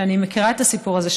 ואני מכירה את הסיפור הזה,